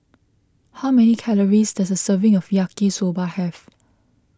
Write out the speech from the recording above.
how many calories does a serving of Yaki Soba have